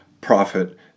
profit